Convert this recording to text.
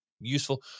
useful